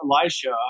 Elisha